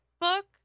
book